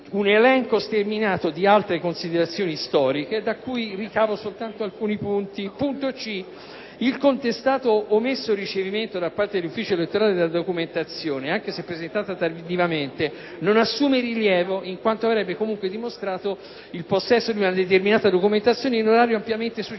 un elenco sterminato di altre considerazioni storiche da cui estrapolo solo alcuni punti. Il contestato omesso ricevimento da parte dell'ufficio elettorale della documentazione, anche se presentata tardivamente, non assume rilievo, in quanto avrebbe comunque dimostrato il possesso di una determinata documentazione in orario ampiamente successivo